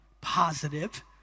positive